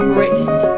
Wrist